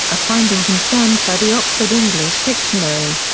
a finding confirmed by the oxford english dictionary.